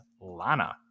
Lana